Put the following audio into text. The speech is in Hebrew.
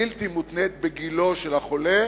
בלתי מותנית בגילו של החולה,